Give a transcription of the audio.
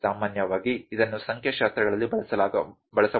ಸಾಮಾನ್ಯವಾಗಿ ಇದನ್ನು ಸಂಖ್ಯಾಶಾಸ್ತ್ರಗಳಲ್ಲಿ ಬಳಸಬಹುದು